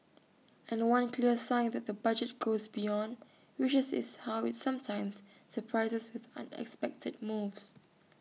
and one clear sign that the budget goes beyond wishes is how IT sometimes surprises with unexpected moves